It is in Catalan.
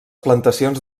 plantacions